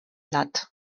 blatt